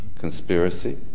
conspiracy